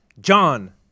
John